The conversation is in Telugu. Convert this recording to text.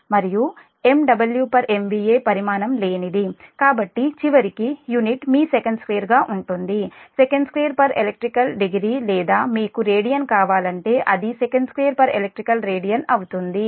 మరియు MW MVA పరిమాణం లేనిది కాబట్టి చివరికి యూనిట్ మీ sec2 గా ఉంటుంది sec2 elect degree లేదా మీకు రేడియన్ కావాలంటే అది sec2elect radian అవుతుంది